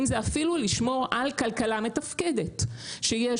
אם זה אפילו לשמור על כלכלה מתפקדת שיש